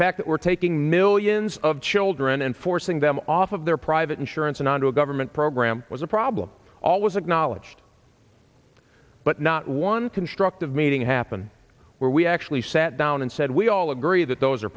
fact that we're taking millions of children and forcing them off of their private insurance and onto a government program was a problem all was acknowledged but not one constructive meeting happened where we actually sat down and said we all agree that those are